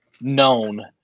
known